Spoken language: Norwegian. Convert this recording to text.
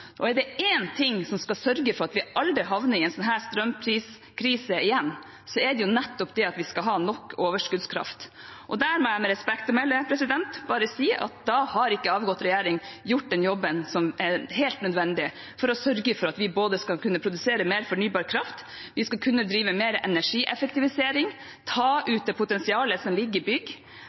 Og er det noe som skal sørge for at vi aldri havner i en slik strømpriskrise igjen, er det nettopp at vi skal ha nok overskuddskraft. Jeg må med respekt å melde bare si at da har ikke den avgåtte regjeringen gjort den jobben som var helt nødvendig for å sørge for at vi både skal kunne produsere mer fornybar kraft, kunne drive mer energieffektivisering og ta ut potensialet som ligger i bygg.